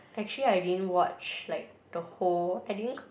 actually I didn't watch like the whole I didn't